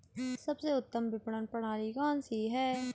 सबसे उत्तम विपणन प्रणाली कौन सी है?